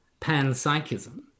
panpsychism